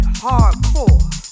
hardcore